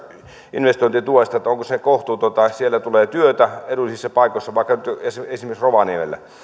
investointituesta että onko se kohtuutonta sieltä tulee työtä edullisissa paikoissa vaikka nyt esimerkiksi rovaniemelle